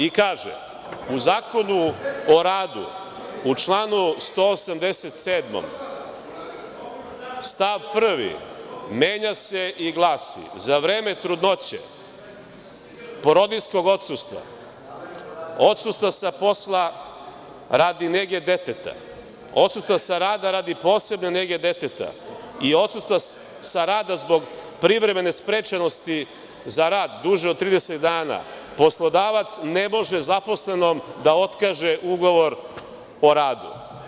U Zakonu o radu, u članu 187. stav 1. menja se i glasi: „Za vreme trudnoće, porodiljskog odsustva, odsustva sa posla radi nege deteta, odsustva sa rada radi posebne nege deteta i odsustva sa rada zbog privremene sprečenosti za rad duže od 30 dana, poslodavac ne može zaposlenom da otkaže ugovor o radu“